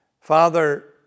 Father